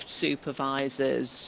supervisors